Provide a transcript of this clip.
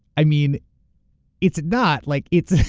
i mean it's not, like it's